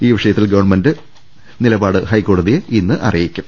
ഈ വിഷയത്തിൽ ഗവൺമെന്റ് നിലപാട് ഹൈക്കോടതിയെ ഇന്ന് അറിയിക്കും